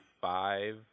five